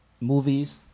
Movies